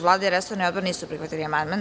Vlada i resorni odbor nisu prihvatili amandman.